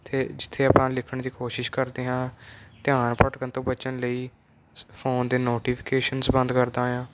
ਅਤੇ ਜਿੱਥੇ ਆਪਾਂ ਲਿਖਣ ਦੀ ਕੋਸ਼ਿਸ਼ ਕਰਦੇ ਹਾਂ ਧਿਆਨ ਭਟਕਣ ਤੋਂ ਬਚਣ ਲਈ ਫੋਨ ਦੇ ਨੋਟੀਫਿਕੇਸ਼ਨਸ ਬੰਦ ਕਰਦਾ ਹਾਂ